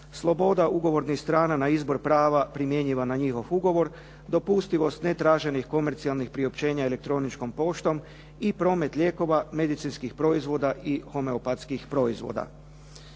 sloboda ugovornih strana na izbor prava primjenjiva na njihov ugovor, dopustivost netraženih komercijalnih priopćenja elektroničkom poštom i promet lijekova, medicinskih proizvoda i homeopatskih proizvoda.